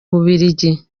bubiligi